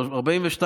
לא ברצונך.